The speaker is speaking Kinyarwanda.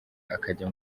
akajya